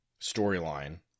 storyline